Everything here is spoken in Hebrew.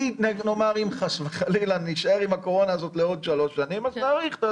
אם חס וחלילה נישאר עם הקורונה הזו לעוד שלוש שנים אז נאריך.